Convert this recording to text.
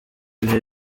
ibihe